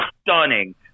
stunning